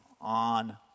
on